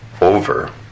over